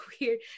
weird